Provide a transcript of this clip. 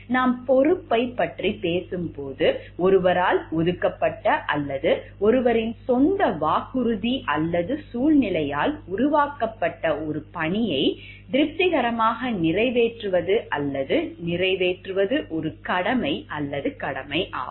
நாம் பொறுப்பைப் பற்றி பேசும்போது ஒருவரால் ஒதுக்கப்பட்ட அல்லது ஒருவரின் சொந்த வாக்குறுதி அல்லது சூழ்நிலையால் உருவாக்கப்பட்ட ஒரு பணியை திருப்திகரமாக நிறைவேற்றுவது அல்லது நிறைவேற்றுவது ஒரு கடமை அல்லது கடமையாகும்